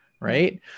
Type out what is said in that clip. right